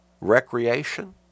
recreation